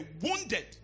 wounded